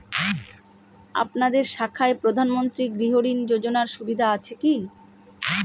আপনাদের শাখায় প্রধানমন্ত্রী গৃহ ঋণ যোজনার সুবিধা আছে কি?